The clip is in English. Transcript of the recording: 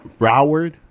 Broward